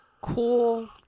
cool